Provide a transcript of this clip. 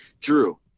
Drew